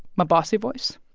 my bossy voice?